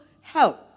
help